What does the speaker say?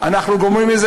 אנחנו גומרים עם זה,